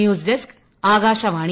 news desk Akashvani